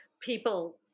people